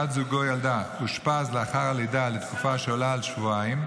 זוגו ילדה אושפז לאחר הלידה לתקופה שעולה על שבועיים,